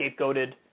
scapegoated